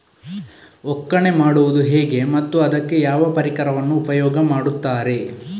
ಒಕ್ಕಣೆ ಮಾಡುವುದು ಹೇಗೆ ಮತ್ತು ಅದಕ್ಕೆ ಯಾವ ಪರಿಕರವನ್ನು ಉಪಯೋಗ ಮಾಡುತ್ತಾರೆ?